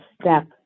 step